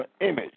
image